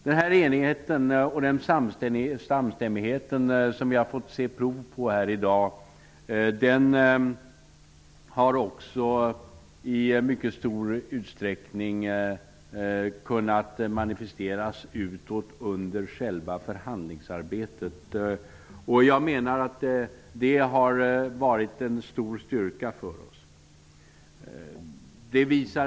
Den enighet och samstämmighet vi har fått se prov på i dag har i stor utsträckning kunnat manifesteras utåt under själva förhandlingsarbetet. Jag menar att det har varit en stor styrka för oss.